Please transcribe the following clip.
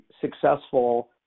successful